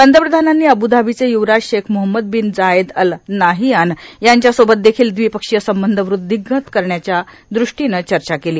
पंतप्रधानांनी अबुधाबीचे युवराज Sheikh Mohammed bin Zayed Al Nahyan यांच्यासोबत देखील द्वि पक्षीय संबंध वृध्दींगत करण्याच्या द्रष्टीनं चर्चा केली